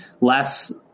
less